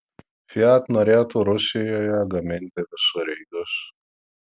fiat norėtų rusijoje gaminti visureigius